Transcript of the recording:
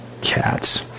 Cats